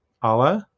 Ale